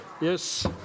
Yes